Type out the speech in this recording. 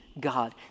God